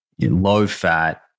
Low-fat